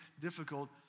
difficult